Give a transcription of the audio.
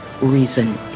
reason